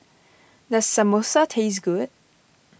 does Samosa taste good